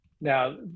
Now